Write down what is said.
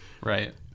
Right